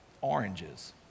oranges